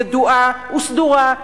ידועה וסדורה,